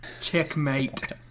Checkmate